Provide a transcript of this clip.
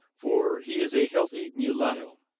for he is a healthy mulatto.